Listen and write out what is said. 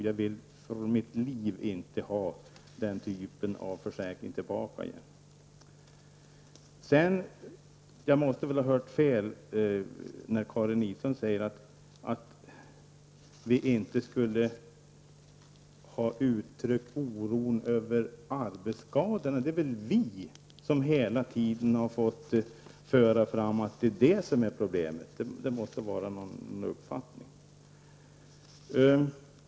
Jag vill för mitt liv inte ha den typen av försäkring tillbaka igen. Jag måste ha hört fel när jag tyckte att Karin Israelsson sade att vi inte skulle ha uttryckt oro över arbetsskadorna. Det är väl vi som hela tiden har fört fram att det är arbetsskadorna som är problemet. Det måste röra sig om en missuppfattning.